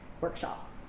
Workshop